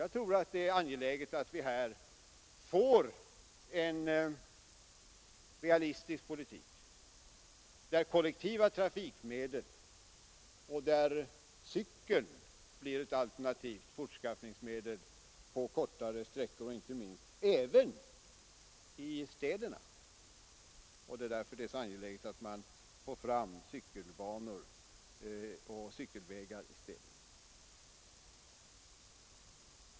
Jag tror det är angeläget att föra en realistisk politik, där kollektiva trafikmedel och där också cykeln blir alternativa fortskaffningsmedel, på kortare sträckor inte minst, även i städerna. Det är därför angeläget att anordna cykelbanor och cykelvägar i städerna.